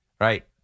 right